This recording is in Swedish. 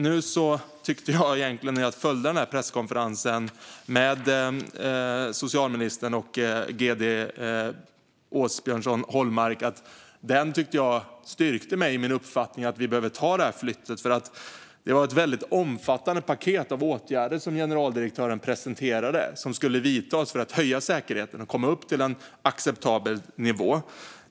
När jag följde presskonferensen med socialministern och gd Åbjörnsson Hollmark tyckte jag mig bli styrkt i min uppfattning att vi behöver göra denna flytt. Generaldirektören presenterade ett väldigt omfattande paket av åtgärder som skulle vidtas för att höja säkerheten till en acceptabel nivå.